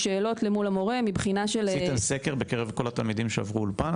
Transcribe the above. משאלות מול המורה --- עשיתם סקר בקרב כל התלמידים שעברו אולפן?